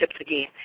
again